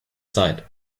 sight